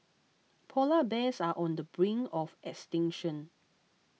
Polar Bears are on the brink of extinction